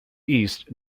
east